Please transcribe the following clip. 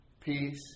Peace